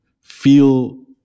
feel